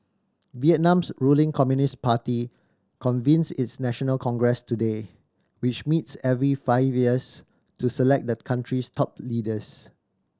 Vietnam's ruling Communist Party convenes its national congress today which meets every five years to select the country's top leaders